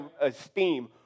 esteem